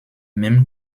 mêmes